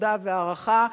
תודה והערכה.